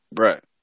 Right